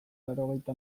laurogeita